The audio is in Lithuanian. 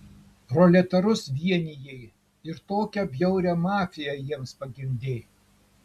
proletarus vienijai ir tokią bjaurią mafiją jiems pagimdei